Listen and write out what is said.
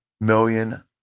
million